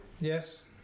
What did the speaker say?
yes